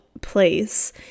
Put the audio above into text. place